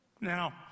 Now